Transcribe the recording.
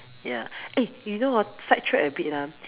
ya eh you know hor side track a bit ah